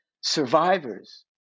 survivors